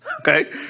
okay